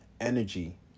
energy